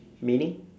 meaning